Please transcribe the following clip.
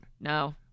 No